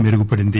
మెరుగుపడింది